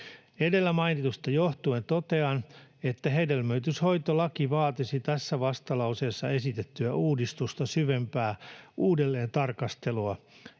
Edellä mainitusta johtuen totean, että hedelmöityshoitolaki vaatisi tässä vastalauseessa esitettyä uudistusta syvempää uudelleentarkastelua,